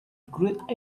great